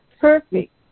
perfect